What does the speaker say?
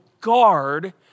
guard